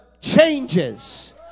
changes